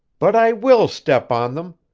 but i will step on them!